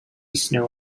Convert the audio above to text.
snow